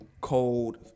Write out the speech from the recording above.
cold